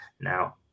now